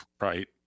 Right